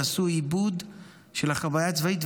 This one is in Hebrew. יעשו עיבוד של החוויה הצבאית,